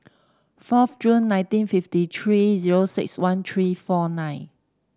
fourth June nineteen fifty three zero six one three four nine